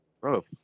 bro